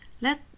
Let